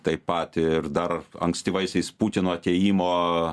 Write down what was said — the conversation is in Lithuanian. taip pat ir dar ankstyvaisiais putino atėjimo